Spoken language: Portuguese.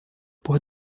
por